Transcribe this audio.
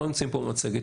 לא נמצאים פה במצגת,